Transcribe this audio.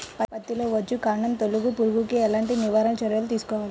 పత్తిలో వచ్చుకాండం తొలుచు పురుగుకి ఎలాంటి నివారణ చర్యలు తీసుకోవాలి?